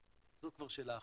זאת כבר שאלה אחרת,